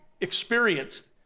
experienced